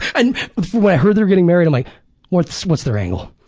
and when i heard they're getting married i'm like what's what's their angle?